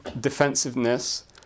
defensiveness